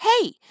hey